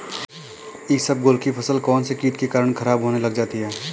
इसबगोल की फसल कौनसे कीट के कारण खराब होने लग जाती है?